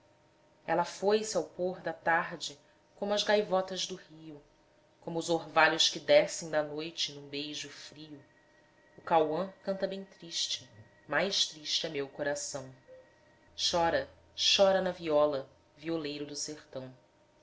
ela foi-se ao pôr da tarde como as gaivotas do rio como os orvalhos que descem da noite num beijo frio o cauã canta bem triste mais triste é meu coração chora chora na viola violeiro do sertão